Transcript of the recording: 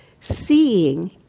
seeing